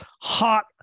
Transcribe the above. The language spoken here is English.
hot